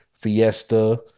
Fiesta